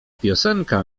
piosenka